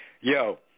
Yo